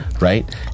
right